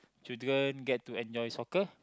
children get to enjoy soccer